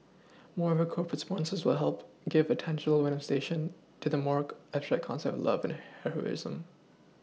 moreover corporate sponsors will help give a tangible manifestation to the more abstract concepts of love and heroism